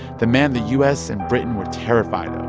the man the u s. and britain were terrified of,